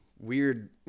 weird